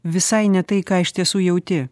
visai ne tai ką iš tiesų jauti